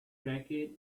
racket